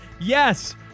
Yes